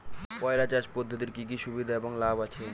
পয়রা চাষ পদ্ধতির কি কি সুবিধা এবং লাভ আছে?